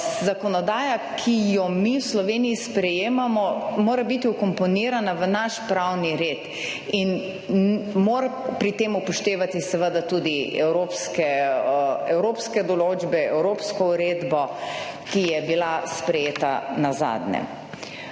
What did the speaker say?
Zakonodaja, ki jo mi v Sloveniji sprejemamo, mora biti vkomponirana v naš pravni red in mora pri tem upoštevati seveda tudi evropske določbe, evropsko uredbo, ki je bila sprejeta nazadnje.